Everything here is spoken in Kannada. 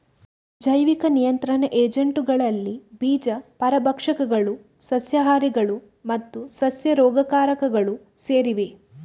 ಜೈವಿಕ ನಿಯಂತ್ರಣ ಏಜೆಂಟುಗಳಲ್ಲಿ ಬೀಜ ಪರಭಕ್ಷಕಗಳು, ಸಸ್ಯಹಾರಿಗಳು ಮತ್ತು ಸಸ್ಯ ರೋಗಕಾರಕಗಳು ಸೇರಿವೆ